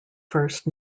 first